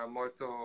molto